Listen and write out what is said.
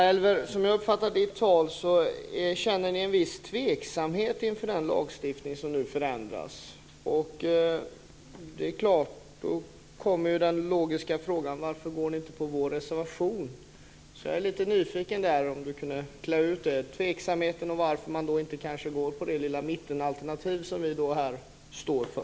Fru talman! Jag uppfattade Elver Jonssons tal som att ni känner en viss tveksamhet inför den lagstiftning som nu förändras. Då kommer den logiska frågan: Varför ställer ni inte upp på vår reservation? Jag är lite nyfiken. Kan Elver Jonsson säga någonting om tveksamheten och varför ni inte ställer upp på det lilla mittenalternativ som vi står för?